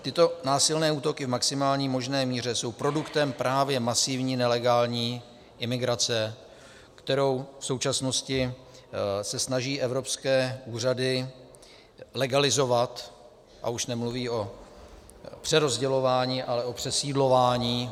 Tyto násilné útoky v maximální možné míře jsou produktem právě masivní nelegální imigrace, kterou v současnosti se snaží evropské úřady legalizovat, a už nemluví o přerozdělování, ale o přesídlování.